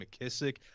McKissick